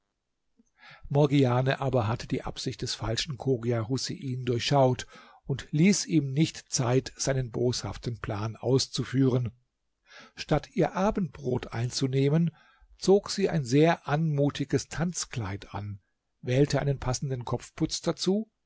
morgiane aber hatte die absicht des falschen chogia husein durchschaut und ließ ihm nicht zeit seinen boshaften plan auszuführen statt ihr abendbrot einzunehmen zog sie ein sehr anmutiges tanzkleid an wählte einen passenden kopfputz dazu